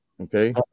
okay